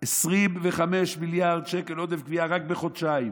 25 מיליארד שקל עודף גבייה רק בחודשיים.